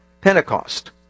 Pentecost